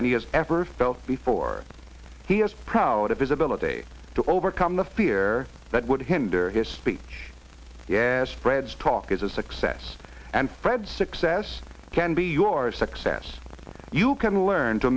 than he has ever felt before he is proud of his ability to overcome the fear that would hinder his speech yes fred's talk is a success and fred success can be your success you can learn to